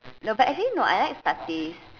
no but actually no I like satay